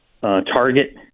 target